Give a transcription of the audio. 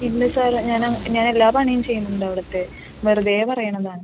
ഇല്ല സാർ ഞാനാ ഞാൻ എല്ലാ പണിയും ചെയ്യുന്നുണ്ട് അവിടുത്തെ വെറുതേ പറയുന്നതാണ്